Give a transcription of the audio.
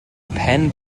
pen